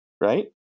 right